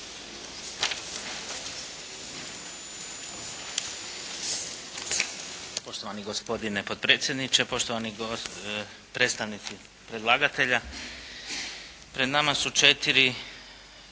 Poštovani gospodine potpredsjedniče, poštovani predstavnici predlagatelja. Pred nama su 4